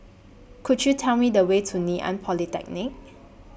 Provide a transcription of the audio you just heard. Could YOU Tell Me The Way to Ngee Ann Polytechnic